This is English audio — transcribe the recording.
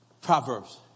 Proverbs